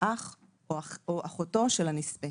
אח או אחותו של הנספה,